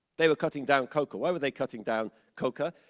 they were cutting down coca. why were they cutting down coca?